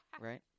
Right